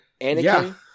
Anakin